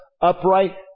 upright